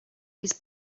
his